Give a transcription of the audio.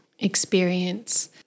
experience